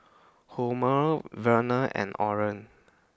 Homer Vernal and Oren